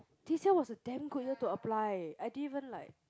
this year was a damn good year to apply I didn't even like